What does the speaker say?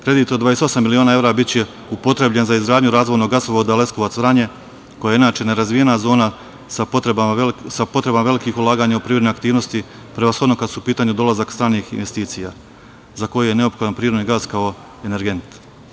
Kredit od 28 miliona evra biće upotrebljen za izgradnju razvojnog gasovoda Leskovac – Vranje koji je inače nerazvijena zona sa potrebama velikih ulaganja u prirodne aktivnosti, prevashodno kada je u pitanju dolazak stranih investicija za koje je neophodan prirodni gas kao energent.